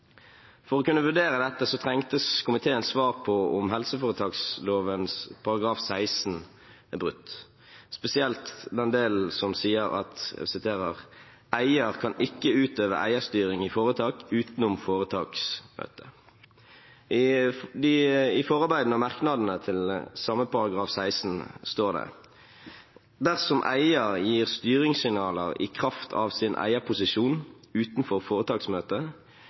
For å kunne vurdere dette trengte komiteen svar på om helseforetakslovens § 16 er brutt, spesielt den delen som sier at «eier kan ikke utøve eierstyring i foretak utenom foretaksmøtet.» I forarbeidet og merknadene til samme § 16 står det: «Dersom eier gir styringssignaler i kraft av sin eierposisjon utenfor foretaksmøtet,